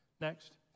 Next